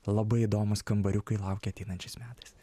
labai įdomūs kambariukai laukia ateinančiais metais